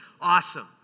Awesome